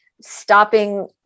stopping